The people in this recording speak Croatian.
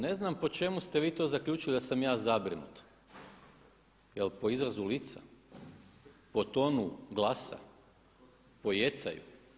Ne znam po čemu ste vi to zaključili da sam ja zabrinut, je li po izrazu lica, po tonu glasa, po jecaju?